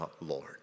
Lord